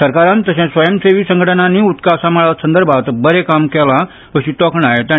सरकारान तशेंच स्वयंमसेवी संघटनानी उदका साबाळा संदर्भांत बरे काम केला अशी तोखणाय ताणी केली